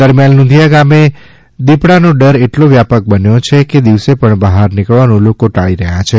દરમ્યાન લૂંધીયા ગામે દીપડા નો ડર એટલો વ્યાપક બન્યો છે કે દિવસે પણ બહાર નિકલવાનું લોકો ટાળી રહ્યા છે